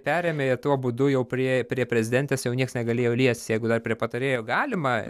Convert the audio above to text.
perėmė ir tuo būdu jau prie prie prezidentės jau niekas negalėjo liestis jeigu dar prie patarėjo galima